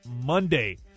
Monday